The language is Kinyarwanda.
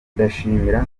ndashimira